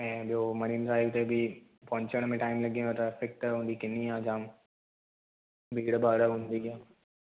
ऐं ॿियो Marine Drive ते बि पहुचण में टाइम लॻी वेंदो ट्रैफिक त हूंदी किनी आहे जाम भीड़ भाड़ हूंदी आहे